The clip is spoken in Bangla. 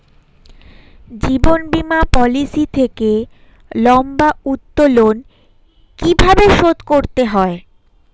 জীবন বীমা পলিসি থেকে লম্বা উত্তোলন কিভাবে শোধ করতে হয়?